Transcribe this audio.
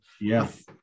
Yes